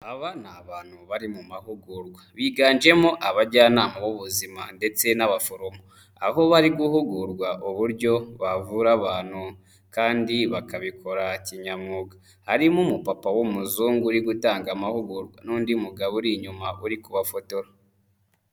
Aba ni abantu bari mu mahugurwa, biganjemo abajyanama b'ubuzima ndetse n'abaforomo. Aho bari guhugurwa uburyo bavura abantu kandi bakabikora kinyamwuga, harimo umupapa w'umuzungu uri gutanga amahugurwa n'undi mugabo uri inyuma uri kubafotora.